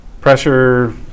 pressure